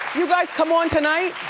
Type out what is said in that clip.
you guys come on tonight?